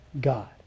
God